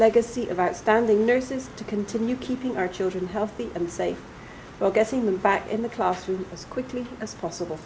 legacy of outstanding nurses to continue keeping our children healthy and safe well getting them back in the classroom as quickly as possible